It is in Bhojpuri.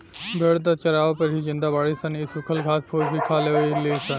भेड़ त चारवे पर ही जिंदा बाड़ी सन इ सुखल घास फूस भी खा लेवे ली सन